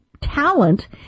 talent